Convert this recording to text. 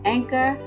Anchor